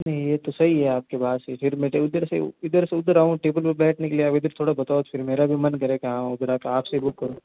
नहीं ये तो सही है आपकी बात फिर मैं उधर से इधर से उधर आऊं टेबल में बैठने के लिए एट लीस्ट थोड़ा बताओ तो सही फिर मेरा भी मन करे कहा हो तो मैं आपसे बात करूँ